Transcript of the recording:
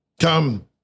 come